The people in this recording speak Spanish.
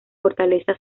fortaleza